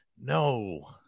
no